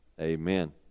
Amen